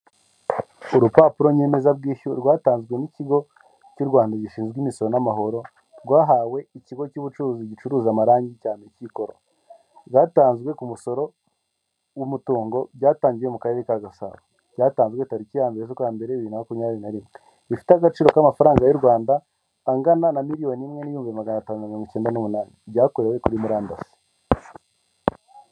Urupapuro nyemezabwishyu rwatanzwe n'ikigo cy'u Rwanda gishinzwe imisoro n'amahoro, rwahawe ikigo cy'ubucuruzi gicuruza amarange cya Ameki koro, bwatanzwe ku musoro w'umutungo, byatangiwe mu karere ka Gasabo, byatanzwe tariki ya mbere z'ukwa mbere bibiri na makumyabiri na rimwe, bifite agaciro k'amafaranga y'u Rwanda angana na miliyon imwe n'ibihumbi magana atanu mirongo icyenda n'umunani, byakorewe kuri murandasi.